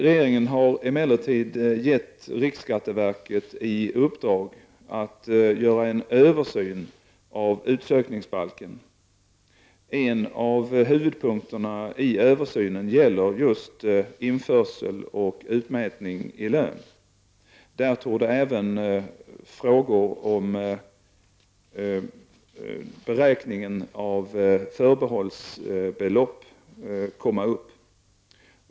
Regeringen har emellertid gett riksskatteverket i uppdrag att göra en översyn av utsökningsbalken. En av huvudpunkterna i översynen gäller just införsel och utmätning i lön. Där torde även frågor om beräkning av förbehållsbelopp komma upp.